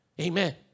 Amen